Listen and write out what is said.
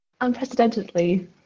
unprecedentedly